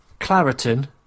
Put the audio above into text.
Claritin